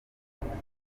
mugenzi